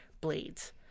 blades